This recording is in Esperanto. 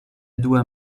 dua